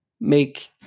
make